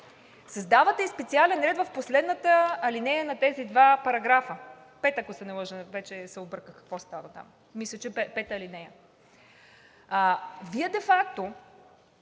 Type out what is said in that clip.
Създавате и специален ред в последната алинея на тези два параграфа – пета, ако се не лъжа, вече се обърках какво става там, мисля, че ал. 5. Вие де факто